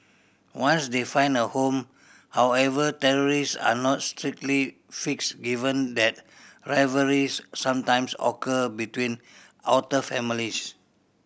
once they find a home however are not strictly fixed given that rivalries sometimes occur between otter families